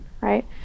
right